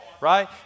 right